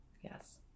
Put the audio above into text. Yes